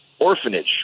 orphanage